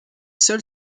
seul